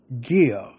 give